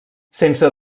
sense